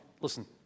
listen